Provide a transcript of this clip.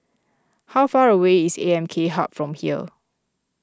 how far away is A M K Hub from here